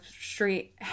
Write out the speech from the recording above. street